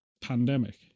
pandemic